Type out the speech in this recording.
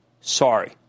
sorry